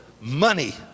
money